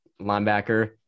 linebacker